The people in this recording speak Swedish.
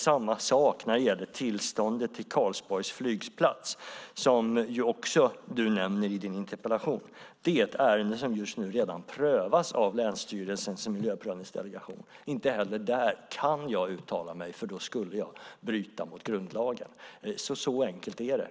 Samma sak gäller tillståndet till Karlsborgs flygplats, som du också nämner i din interpellation. Det är ett ärende just nu prövas av länsstyrelsens miljöprövningsdelegation. Inte heller där kan jag uttala mig, för då skulle jag bryta mot grundlagen. Så enkelt är det.